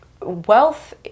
wealth